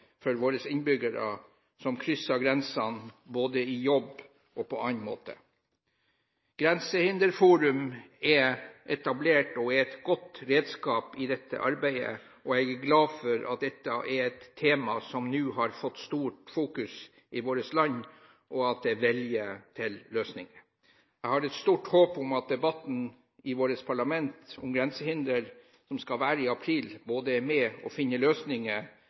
for våre innbyggere som krysser grensene både i jobb og på annen måte. Grensehinderforum er etablert og er et godt redskap i dette arbeidet. Jeg er glad for at dette er et tema som nå har fått stor oppmerksomhet i våre land, og at det er vilje til løsninger. Jeg har et stort håp om at debatten om grensehinder som skal være i våre parlamenter i april, både er med og finner løsninger